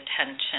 attention